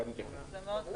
זה מאוד חשוב.